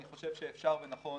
אני חושב שאפשר ונכון